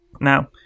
Now